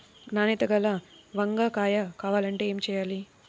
నాణ్యత గల వంగ కాయ కావాలంటే ఏమి చెయ్యాలి?